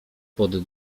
pod